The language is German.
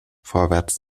vorwärts